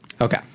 Okay